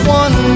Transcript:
one